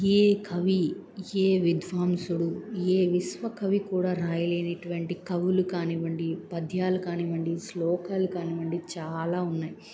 ఏ కవి ఏ విధ్వాంసుడు ఏ విశ్వ కవి కూడా రాయలేనటువంటి కవులు కానివ్వండి పద్యాలు కానివ్వండి శ్లోకాలు కానివ్వండి చాలా ఉన్నాయి